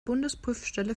bundesprüfstelle